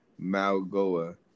Malgoa